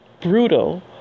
brutal